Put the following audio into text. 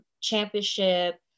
championship